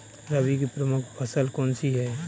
रबी की प्रमुख फसल कौन सी है?